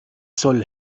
soll